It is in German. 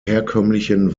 herkömmlichen